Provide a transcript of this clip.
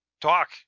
talk